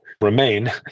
remain